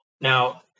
Now